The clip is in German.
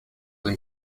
dem